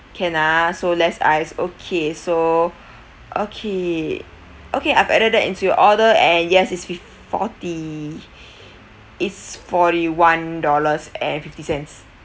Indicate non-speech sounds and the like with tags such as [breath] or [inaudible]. can ah so less ice okay so okay okay I've added that into your order and yes it's fif~ forty [breath] it's forty one dollars and fifty cents